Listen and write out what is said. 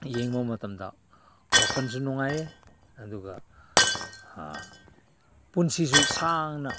ꯌꯦꯡꯕ ꯃꯇꯝꯗ ꯋꯥꯈꯟꯁꯨ ꯅꯨꯡꯉꯥꯏ ꯑꯗꯨꯒ ꯄꯨꯟꯁꯤꯁꯨ ꯁꯥꯡꯅ